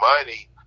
money